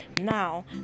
Now